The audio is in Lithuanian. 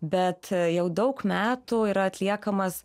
bet jau daug metų yra atliekamas